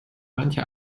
manche